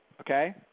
Okay